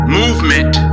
movement